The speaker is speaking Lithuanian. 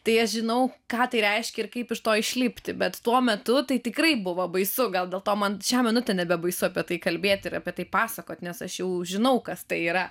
tai aš žinau ką tai reiškia ir kaip iš to išlipti bet tuo metu tai tikrai buvo baisu gal dėl to man šią minutę nebebaisu apie tai kalbėti ir apie tai pasakoti nes aš jau žinau kas tai yra